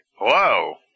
Whoa